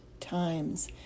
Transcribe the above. times